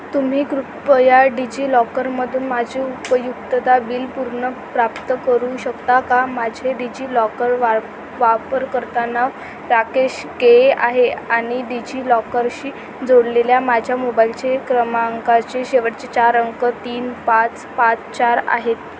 तुम्ही कृपया डिजि लॉकरमधून माझे उपयुक्तता बिल पुनर्प्राप्त करू शकता का माझे डिजि लॉकर वापरकर्ता नाव राकेश के आहे आणि डिजि लॉकरशी जोडलेल्या माझ्या मोबाईलचे क्रमांकाचे शेवटचे चार अंक तीन पाच पाच चार आहेत